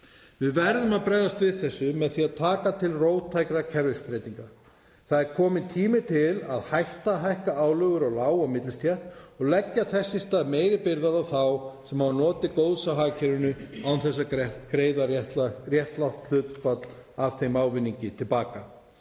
Við verðum að bregðast við þessu með því að taka til róttækra kerfisbreytinga. Það er kominn tími til að hætta að hækka álögur á lág- og millistétt og leggja þess í stað meiri byrðar á þá sem hafa notið góðs af hagkerfinu án þess að greiða réttlátt hlutfall af þeim ávinningi til baka.